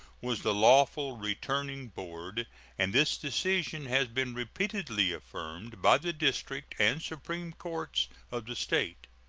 was the lawful returning board and this decision has been repeatedly affirmed by the district and supreme courts of the state.